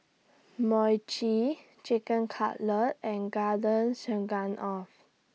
Mochi Chicken Cutlet and Garden Stroganoff